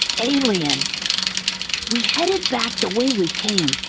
alien we headed back the way we came,